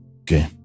okay